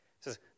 says